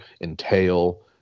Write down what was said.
entail